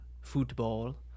football